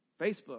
Facebook